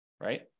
right